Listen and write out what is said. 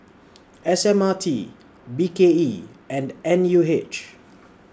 S M R T B K E and N U H